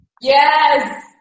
Yes